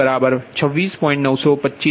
925 angle minus 68